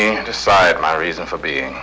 and decide my reason for being